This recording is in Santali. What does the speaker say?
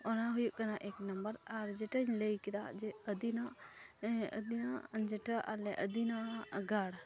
ᱚᱱᱟ ᱦᱩᱭᱩᱜ ᱠᱟᱱᱟ ᱮᱠᱱᱟᱢᱵᱟᱨ ᱟᱨ ᱡᱮᱴᱟᱧ ᱞᱟᱹᱭ ᱠᱮᱫᱟ ᱡᱮ ᱟᱹᱫᱤᱱᱟ ᱟᱹᱫᱤᱱᱟ ᱡᱮᱴᱟ ᱟᱞᱮ ᱟᱹᱫᱤᱱᱟᱣᱟᱜ ᱜᱟᱲ